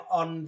on